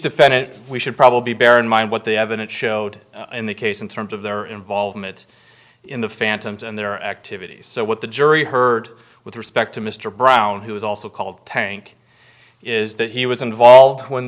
defendant we should probably bear in mind what the evidence showed in the case in terms of their involvement in the phantom's and their activities so what the jury heard with respect to mr brown who was also called tank is that he was involved when